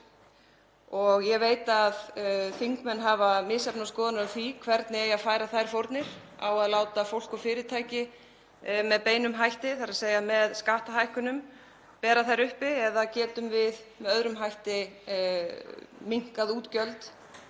Ég veit að þingmenn hafa misjafnar skoðanir á því hvernig eigi að færa þær fórnir. Á að láta fólk og fyrirtæki með beinum hætti, þ.e. með skattahækkunum, bera þær uppi eða getum við með öðrum hætti minnkað útgjöld